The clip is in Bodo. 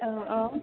औ औ